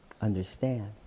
understand